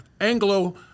Anglo